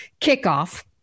kickoff